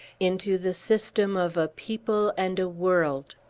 into the system of a people and a world!